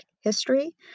history